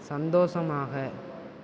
சந்தோஷமாக